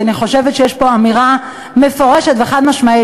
כי אני חושבת שיש פה אמירה מפורשת וחד-משמעית,